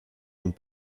ont